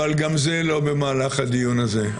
אבל גם זה לא במהלך הדיון הזה.